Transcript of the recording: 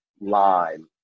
line